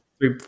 three